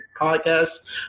podcast